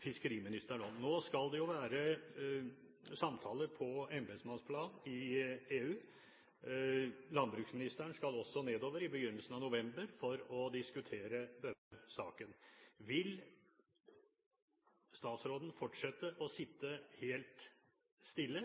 fiskeriministeren: Nå skal det jo være samtaler på embetsmannsplan i EU. Landbruksministeren skal også nedover for å diskutere denne saken i begynnelsen av november. Vil statsråden fortsette å sitte helt stille,